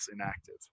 inactive